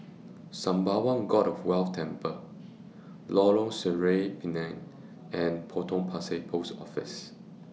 Sembawang God of Wealth Temple Lorong Sireh Pinang and Potong Pasir Post Office